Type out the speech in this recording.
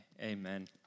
amen